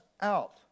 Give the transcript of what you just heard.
out